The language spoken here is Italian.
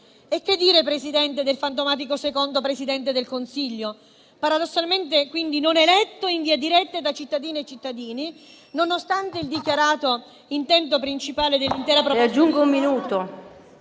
E che dire Presidente del fantomatico secondo Presidente del Consiglio, paradossalmente non eletto in via diretta da cittadine e cittadini, nonostante il dichiarato intento principale dell'intera proposta...